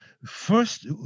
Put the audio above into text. First